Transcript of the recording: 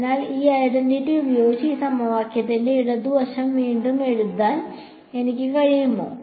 അതിനാൽ ഈ ഐഡന്റിറ്റി ഉപയോഗിച്ച് ഈ സമവാക്യത്തിന്റെ ഇടതുവശം വീണ്ടും എഴുതാൻ എനിക്ക് കഴിയുമോ